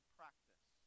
practice